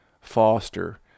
Foster